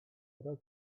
teraz